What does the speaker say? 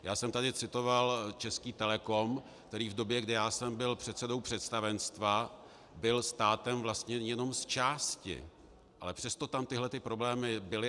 Já jsem tady citoval Český Telecom, který v době, kdy já jsem byl předsedou představenstva, byl státem vlastněn jenom zčásti, ale přesto tyhle problémy byly.